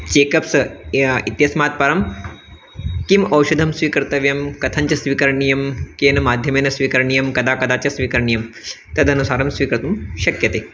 check-ups इत्यस्मात् परं किम् औषधं स्वीकर्तव्यं कथञ्च स्वीकरणीयं केन माध्यमेन स्वीकरणीयं कदा कदा च स्वीकरणीयं तदनुसारं स्वीकर्तुं शक्यते